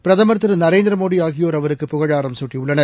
பிரதமா் திரு நரேந்திரமோடி ஆகியோர் அவருக்கு புகழாரம் குட்டியுள்ளனர்